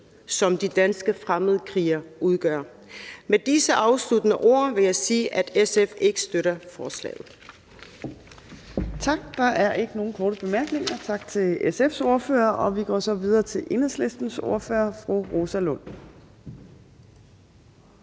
som de danske fremmedkrigere udgør. Med disse afsluttende ord vil jeg sige, at SF ikke støtter forslaget.